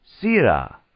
Sira